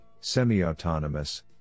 semi-autonomous